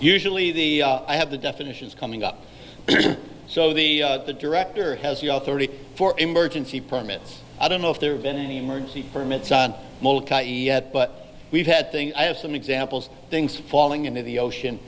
usually the i have the definitions coming up so the the director has you know thirty four emergency permits i don't know if there have been any emergency permits yet but we've had thing i have some examples things falling into the ocean